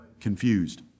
confused